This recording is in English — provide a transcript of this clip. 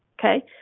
Okay